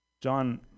John